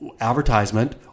advertisement